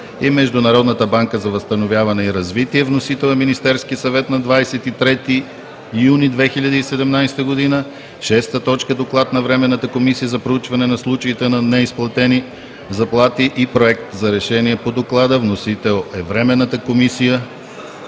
Международната банка за възстановяване и развитие. Вносител – Министерският съвет, 23 юни 2017 г. 6. Доклад на Временната комисия за проучване на случаите на неизплатени заплати и Проект за решение по доклада. Вносител – Временната комисия,